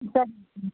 sir ம்